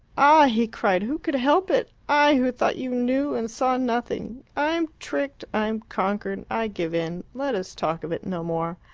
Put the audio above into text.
ah! he cried, who could help it? i, who thought you knew and saw nothing i am tricked i am conquered. i give in. let us talk of it no more.